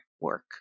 work